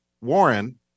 Warren